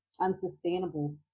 unsustainable